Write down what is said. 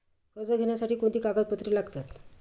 कर्ज घेण्यासाठी कोणती कागदपत्रे लागतात?